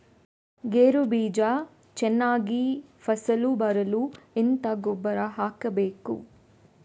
ಗೇರು ಬೀಜ ಚೆನ್ನಾಗಿ ಫಸಲು ಬರಲು ಎಂತ ಗೊಬ್ಬರ ಹಾಕಬೇಕು?